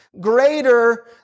greater